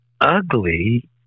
ugly